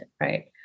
Right